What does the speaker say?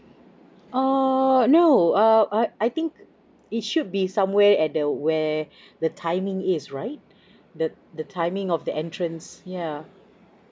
err no uh I I think it should be somewhere at the where the timing is right the the timing of the entrance yeah